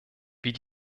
wie